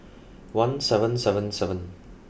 one seven seven seven